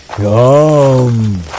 Yum